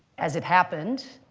as it happened,